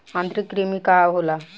आंतरिक कृमि का होला?